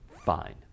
fine